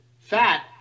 fat